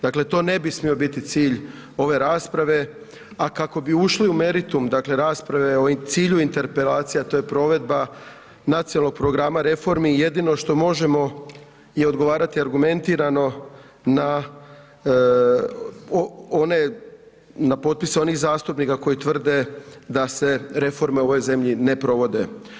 Dakle, to ne bi smio biti cilj ove rasprave, a kako bi ušli u meritum rasprave, o cilju interpelacija, to je provedba nacionalnog programa reformi i jedino što možemo je odgovarati argumentirano na one na potpisu onih zastupnika, koji tvrde da se reforme u ovoj zemlji ne provode.